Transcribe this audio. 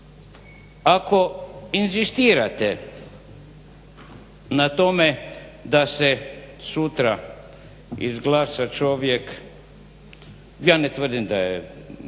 Ako inzistirate na tome da se sutra izglasa čovjek ja ne tvrdim da je